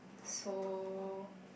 so